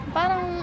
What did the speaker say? parang